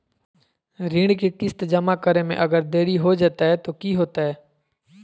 ऋण के किस्त जमा करे में अगर देरी हो जैतै तो कि होतैय?